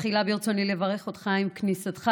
תחילה ברצוני לברך אותך עם כניסתך